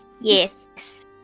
Yes